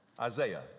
Isaiah